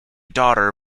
daughter